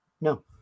no